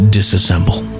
Disassemble